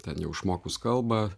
ten jau išmokus kalbą